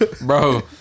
Bro